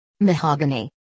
mahogany